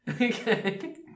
Okay